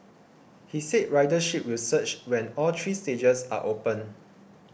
he said ridership will surge when all three stages are open